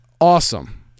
awesome